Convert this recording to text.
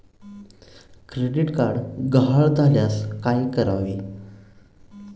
Credit card गहाळ झाल्यास काय करावे?